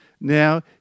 now